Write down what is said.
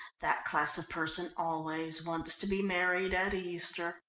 that class of person always wants to be married at easter.